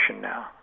now